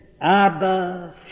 Abba